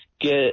get